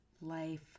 life